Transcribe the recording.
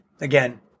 again